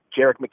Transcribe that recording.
Jarek